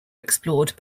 explored